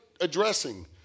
addressing